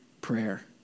prayer